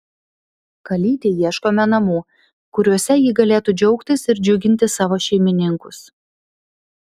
kalytei ieškome namų kuriuose ji galėtų džiaugtis ir džiuginti savo šeimininkus